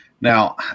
Now